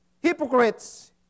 Hypocrites